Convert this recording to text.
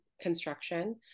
construction